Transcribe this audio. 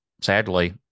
sadly